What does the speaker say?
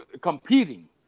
competing